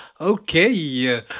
Okay